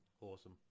awesome